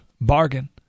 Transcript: bargain